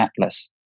atlas